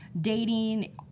dating